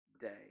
day